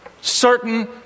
certain